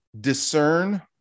discern